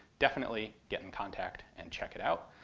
definitely get in contact and check it out.